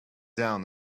down